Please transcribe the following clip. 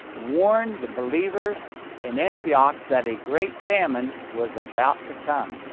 warned the believers in antioch that a great famine was about to come.